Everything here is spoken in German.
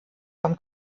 vom